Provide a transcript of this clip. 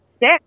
six